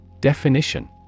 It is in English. definition